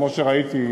כמו שראיתי,